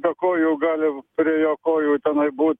be kojų gali prie jo kojų tenai būt